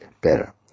better